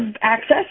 access